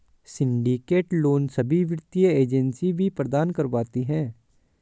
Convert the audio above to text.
syndicate loan सभी वित्तीय agency भी प्रदान करवाती है